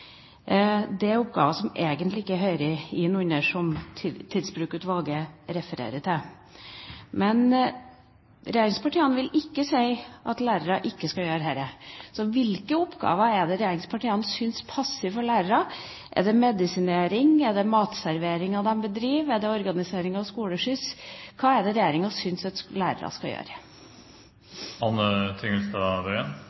Det er oppgaver som egentlig ikke hører inn under det som Tidsbrukutvalget refererer til. Men regjeringspartiene vil ikke si at lærere ikke skal gjøre dette. Så hvilke oppgaver er det regjeringspartiene syns passer for lærere? Er det medisinering, er det matserveringen de bedriver, er det organisering av skoleskyss? Hva er det regjeringa syns at lærere skal gjøre?